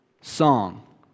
song